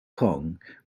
cong